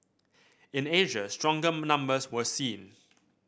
in Asia stronger numbers were seen